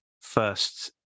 first